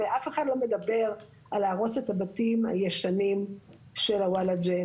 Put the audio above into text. הרי אף אחד לא מדבר על להרוס את הבתים הישנים של הוולאג'ה,